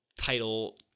title